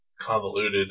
convoluted